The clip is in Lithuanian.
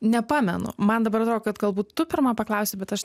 nepamenu man dabar atrodo kad galbūt tu pirma paklausei bet aš